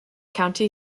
county